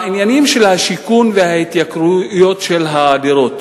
העניינים של השיכון וההתייקרויות של הדירות,